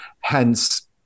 Hence